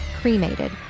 cremated